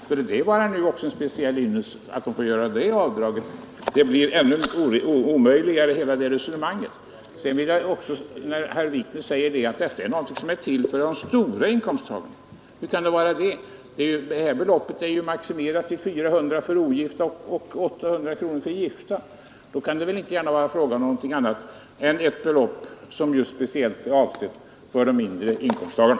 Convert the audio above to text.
Skulle det vara en speciell ynnest att de får göra det avdraget blir resonemanget ännu omöjligare. När herr Wikner säger att den ändring vi föreslår är till för de stora inkomsttagarna vill jag fråga: Hur kan det vara det? Det belopp man får dra av är ju maximerat till 400 kronor för ogifta och 800 kronor för gifta. Då kan det inte gärna vara fråga om något annat än ett belopp som är avsett just för de mindre inkomsttagarna.